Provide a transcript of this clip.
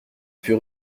pût